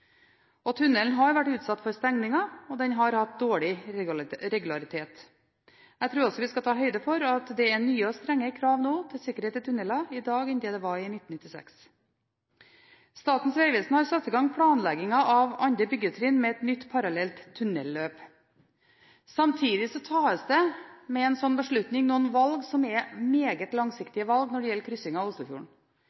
forutsatt. Tunnelen har vært utsatt for stengninger, og den har hatt dårlig regularitet. Jeg tror også at vi skal ta høyde for at det er strengere krav om sikkerhet i tunneler nå enn det det var i 1996. Statens vegvesen har satt i gang planleggingen av andre byggetrinn med et nytt parallelt tunnelløp. Samtidig tas det med en slik beslutning noen valg som er meget